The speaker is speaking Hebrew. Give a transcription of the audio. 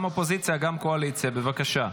גם האופוזיציה וגם הקואליציה, בבקשה.